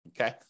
Okay